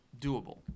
doable